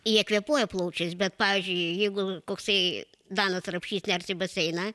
jie kvėpuoja plaučiais bet pavyzdžiui jeigu koksai danas rapšys ners į baseiną